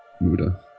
Muda